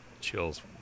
chills